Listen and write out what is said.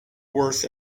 worth